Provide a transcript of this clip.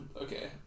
Okay